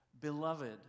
Beloved